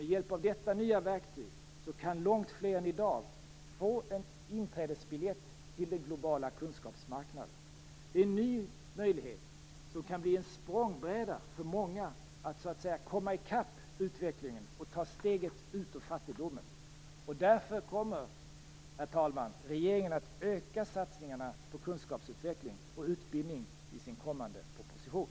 Med hjälp av detta nya verktyg kan långt fler än i dag få en inträdesbiljett till den globala kunskapsmarknaden. Det är en ny möjlighet som kan bli en språngbräda för många för att komma ikapp utvecklingen och ta steget ut ur fattigdomen. Därför kommer regeringen, herr talman, att öka satsningarna på kunskapsutveckling och utbildning i sin kommande proposition.